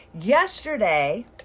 yesterday